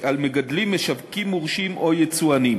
משווקים מורשים ויצואנים.